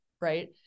right